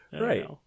Right